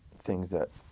things that